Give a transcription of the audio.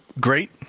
Great